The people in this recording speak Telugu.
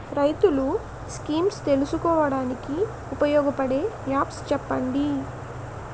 రైతులు స్కీమ్స్ తెలుసుకోవడానికి ఉపయోగపడే యాప్స్ చెప్పండి?